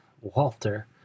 Walter